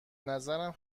نظرم